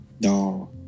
No